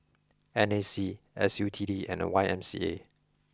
N A C S U T D and Y M C A